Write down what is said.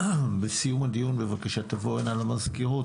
בסיום הדיון בבקשה תבוא הנה למזכירות,